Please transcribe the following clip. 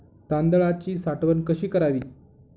तांदळाची साठवण कशी करावी?